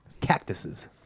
cactuses